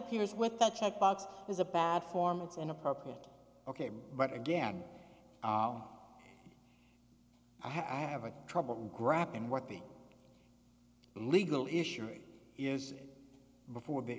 appears with the check box is a bad form it's inappropriate ok but again i have i have a trouble grappling what the legal issue is before the